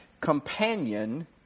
companion